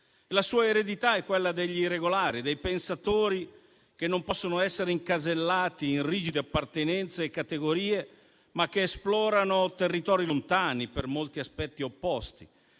La sua eredità è quella degli irregolari, dei pensatori che non possono essere incasellati in rigide appartenenze e categorie, ma che esplorano territori lontani, per molti aspetti opposti;